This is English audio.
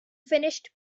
finished